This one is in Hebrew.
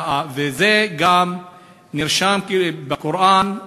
וזה גם נרשם בקוראן,